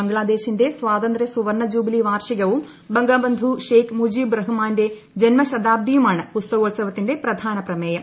ബംഗ്ലാദേശിന്റെ സ്വാതന്ത്യ സുവർണ ജൂബിലി വാർഷികവും ബംഗബന്ധു ഷേക് മുജീബ് റഹ്മാന്റെ ജന്മശതാബ്ദിയുമാണ് പുസ്തകോത്സവത്തിന്റെ പ്രധാന പ്രമേയം